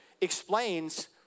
explains